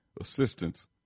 assistance